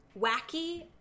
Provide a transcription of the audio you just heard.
wacky